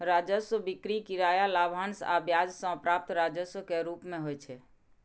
राजस्व बिक्री, किराया, लाभांश आ ब्याज सं प्राप्त राजस्व के रूप मे होइ छै